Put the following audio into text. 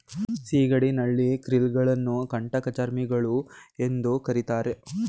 ಸಿಗಡಿ, ನಳ್ಳಿ, ಕ್ರಿಲ್ ಗಳನ್ನು ಕಂಟಕಚರ್ಮಿಗಳು ಎಂದು ಕರಿತಾರೆ